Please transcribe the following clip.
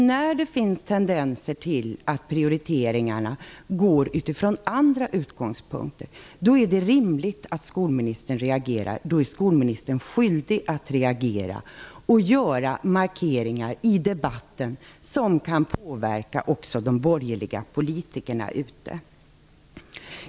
När det finns tendenser till att prioriteringar sker från andra utgångspunkter är det rimligt att skolministern reagerar -- ja, då är skolministern skyldig att reagera och att göra markeringar i debatten som kan påverka också de borgerliga politikerna ute i landet.